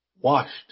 washed